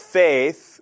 faith